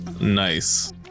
Nice